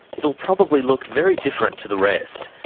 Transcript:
it'll probably look very different to the rest.